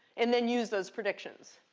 and then use those predictions.